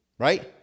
Right